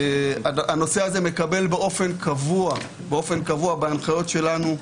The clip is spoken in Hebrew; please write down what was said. הנושא הזה מקבל מקום באופן קבוע בהנחיות שלנו,